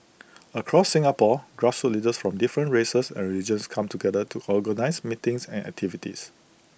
across Singapore grassroots leaders from different races and religions come together to organise meetings and activities